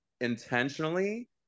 intentionally